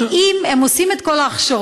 כי אם הם עושים את כל ההכשרות,